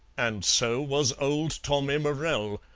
and so was old tommy morell.